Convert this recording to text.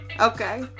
Okay